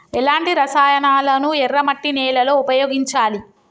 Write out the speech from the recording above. ఎలాంటి రసాయనాలను ఎర్ర మట్టి నేల లో ఉపయోగించాలి?